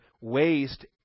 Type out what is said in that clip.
waste